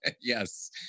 Yes